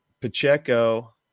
Pacheco